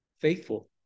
faithful